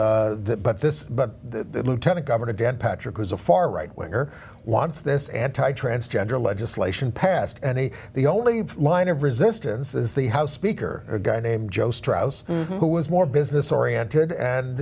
that but this but the lieutenant governor dan patrick was a far right winger wants this anti transgender legislation passed and the only line of resistance is the house speaker a guy named joe straus who was more business oriented and